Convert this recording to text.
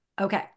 Okay